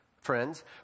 friends